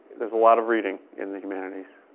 there's a lot of reading in the humanities.